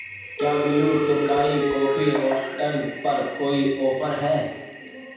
کیا بلو ٹوکائی کافی روسٹرز پر کوئی آفر ہے